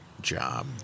job